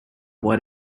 what